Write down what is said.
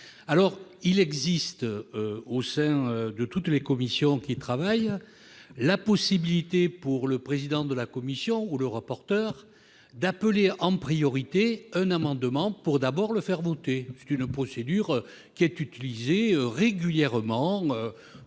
alors il existe au sein de toutes les commissions qui travaillent la possibilité pour le président de la commission ou le rapporteur d'appeler en priorité un amendement pour d'abord le faire voter, c'est une procédure qui est utilisée régulièrement